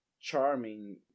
charming